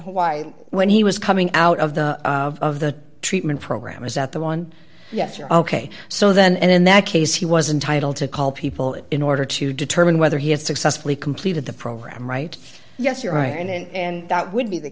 hawaii when he was coming out of the of of the treatment program is that the one yes your ok so then and in that case he was entitle to call people in order to determine whether he has successfully completed the program right yes you're right and that would be the